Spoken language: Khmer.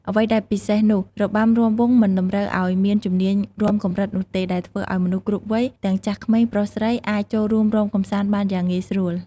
អ្វីដែលពិសេសនោះ របាំរាំវង់មិនតម្រូវឲ្យមានជំនាញរាំកម្រិតនោះទេ ដែលធ្វើឲ្យមនុស្សគ្រប់វ័យ ទាំងចាស់ក្មេង ប្រុសស្រី អាចចូលរួមរាំកម្សាន្តបានយ៉ាងងាយស្រួល។